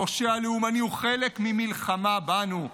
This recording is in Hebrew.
הפושע הלאומני הוא חלק ממלחמה בנו,